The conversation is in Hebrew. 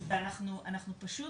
ואנחנו פשוט,